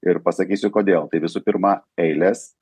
ir pasakysiu kodėl tai visų pirma eilės